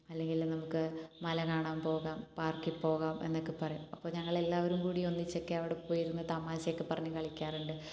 അല്ലെങ്കിൽ നമുക്ക് മല കാണാൻ പോകാം പാർക്കിൽ പോകാം എന്നൊക്കെ പറയും അപ്പോൾ ഞങ്ങൾ എല്ലാവരും കൂടി ഒന്നിച്ചൊക്കെ അവിടെ പോയിരുന്ന് തമാശയൊക്കെ പറഞ്ഞ് കളിക്കാറുണ്ട്